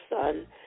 son